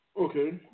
Okay